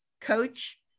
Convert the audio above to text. coach